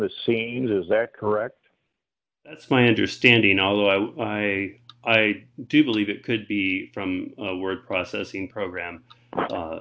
the scenes is that correct that's my understanding although i i i do believe it could be from word processing program